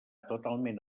totalment